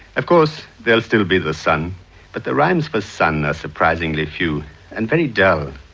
of course, there'll still be the sun but the rhymes for sun are surprisingly few and very dull.